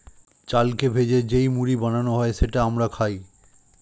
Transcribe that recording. চালকে ভেজে যেই মুড়ি বানানো হয় সেটা আমরা খাই